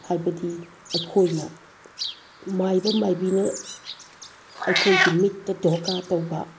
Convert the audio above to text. ꯍꯥꯏꯕꯗꯤ ꯑꯩꯈꯣꯏꯅ ꯃꯥꯏꯕ ꯃꯥꯏꯕꯤꯅ ꯑꯩꯈꯣꯏꯒꯤ ꯃꯤꯠꯇ ꯙꯣꯀꯥ ꯇꯧꯕ